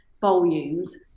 volumes